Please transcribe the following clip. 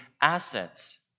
assets